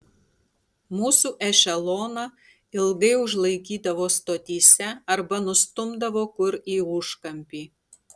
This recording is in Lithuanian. mūsų ešeloną ilgai užlaikydavo stotyse arba nustumdavo kur į užkampį